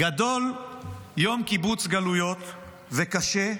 גדול יום קיבוץ גלויות וקשה,